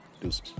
Deuces